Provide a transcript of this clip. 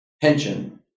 pension